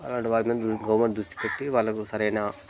అలాంటి వారి మీద గవర్నమెంట్ దృష్టి పెట్టి వాళ్ళకు సరైన